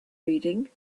reading